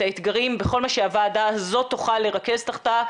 האתגרים בכל מה שהוועדה הזאת תוכל לרכז תחתה,